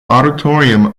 auditorium